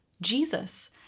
Jesus